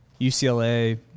UCLA